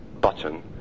button